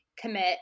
commit